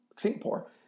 Singapore